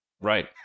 Right